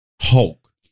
Hulk